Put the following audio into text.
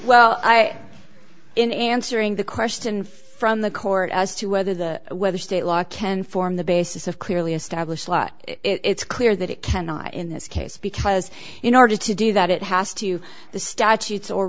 well i am in answering the question from the court as to whether the whether state law can form the basis of clearly established law it's clear that it cannot in this case because in order to do that it has to the statutes or